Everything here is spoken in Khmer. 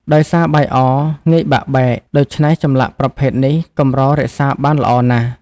ដោយសារបាយអរងាយបាក់បែក ដូច្នេះចម្លាក់ប្រភេទនេះកម្ររក្សាបានល្អណាស់។